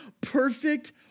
perfect